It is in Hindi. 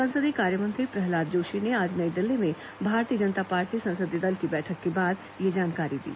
संसदीय कार्यमंत्री प्रहलाद जोशी ने आज नई दिल्ली में भारतीय जनता पार्टी संसदीय दल की बैठक के बाद यह जानकारी दी